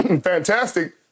fantastic